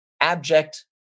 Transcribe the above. abject